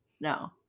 No